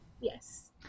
yes